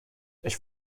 ich